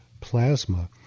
plasma